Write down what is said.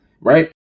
right